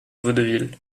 vaudeville